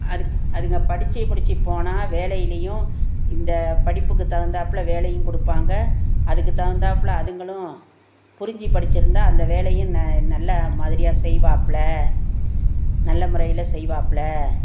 அதுக் அதுங்க படிச்சி முடிச்சி போனால் வேலையிலையும் இந்த படிப்புக்கு தகுந்தாப்பில வேலையும் கொடுப்பாங்க அதுக்குத் தகுந்தாப்பில அதுங்களும் புரிஞ்சிப் படிச்சிருந்தால் அந்த வேலையும் ந நல்லா மாதிரியாக செய்வாப்புல நல்ல முறையில் செய்வாப்பில